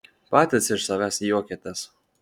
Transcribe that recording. patys iš savęs juokiatės